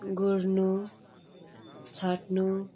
गोड्नु छाट्नु